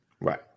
right